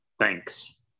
Thanks